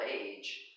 age